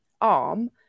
arm